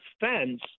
fence